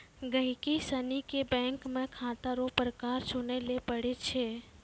गहिकी सनी के बैंक मे खाता रो प्रकार चुनय लै पड़ै छै